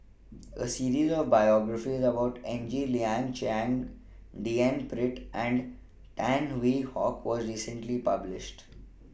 A series of biographies about Ng Liang Chiang D N Pritt and Tan Hwee Hock was recently published